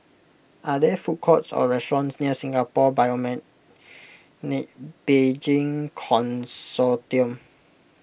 are there food courts or restaurants near Singapore Bioimaging Consortium